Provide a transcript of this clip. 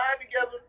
together